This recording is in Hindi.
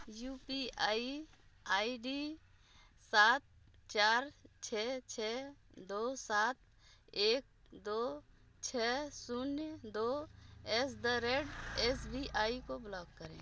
you P I I D सात चार छः छः दो सात एक दो छः शून्य दो at the rate S B I को ब्लॉक करें